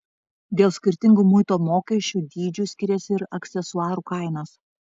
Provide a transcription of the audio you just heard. dėl skirtingų muito mokesčių dydžių skiriasi ir aksesuarų kainos